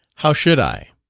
how should i?